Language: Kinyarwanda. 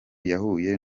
yahuye